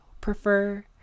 prefer